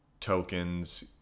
tokens